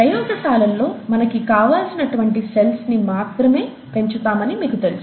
ప్రయోగశాలల్లో మనకి కావాల్సినటువంటి సెల్స్ ని మాత్రమే పెంచుతామని మీకు తెలుసు